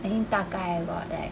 I think 大概 about like